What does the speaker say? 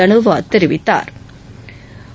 தனோவா தெரிவித்தாா்